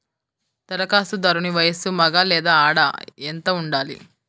ధరఖాస్తుదారుని వయస్సు మగ లేదా ఆడ ఎంత ఉండాలి?